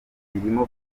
birimo